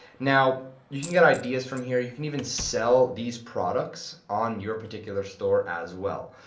now you can get ideas from here, you can even sell these products on your particular store as well.